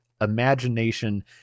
imagination